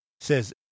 says